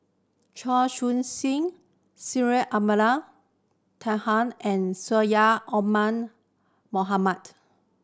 Chia Choo Suan Syed Abdulrahman Taha and Syed Omar Mohamed